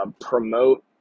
promote